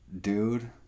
dude